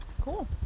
Cool